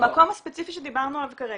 במקום הספציפי שדיברנו עליו כרגע,